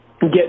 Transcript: get